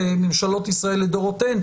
ממשלות ישראל לדורותיהן,